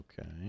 Okay